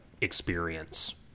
experience